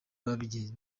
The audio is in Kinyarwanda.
babigenza